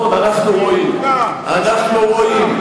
אנחנו רואים,